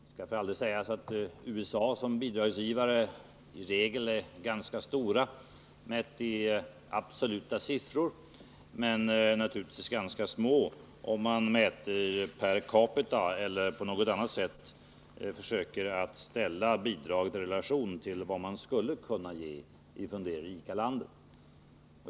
Det skall för all del sägas att USA är en ganska stor bidragsgivare mätt i absoluta siffror, men ganska liten om man mäter per capita eller om man på annat sätt ställer bidraget i relation till vad man skulle kunna ge ifrån detta rika land.